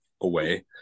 away